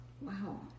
Wow